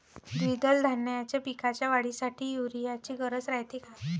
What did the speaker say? द्विदल धान्याच्या पिकाच्या वाढीसाठी यूरिया ची गरज रायते का?